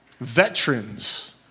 veterans